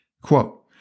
Quote